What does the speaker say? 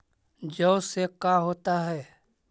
जौ से का होता है?